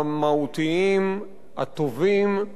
המהותיים, הטובים,